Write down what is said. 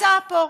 נמצא פה.